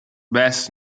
best